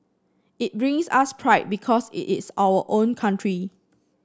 it brings us pride because it is our own country